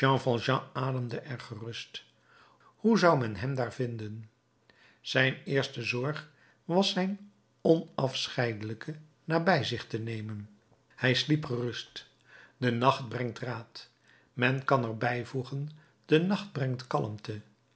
valjean ademde er gerust hoe zou men hem daar vinden zijn eerste zorg was zijn onafscheidelijke nabij zich te nemen hij sliep gerust de nacht brengt raad men kan er bijvoegen de nacht brengt kalmte